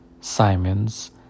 Simons